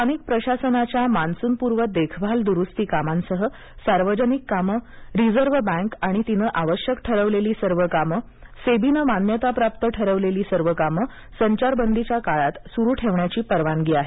स्थानिक प्रशासनांच्या मान्सूनपूर्व देखभाल दुरुस्ती कामांसह सार्वजनिक कामं रिझर्व्ह बँक आणि तिनं आवश्यक ठरवलेली सर्व कामं सेबीनं मान्यताप्राप्त ठरवलेली सर्व कामं संचारबंदीच्या काळात सुरू ठेवण्याची परवानगी आहे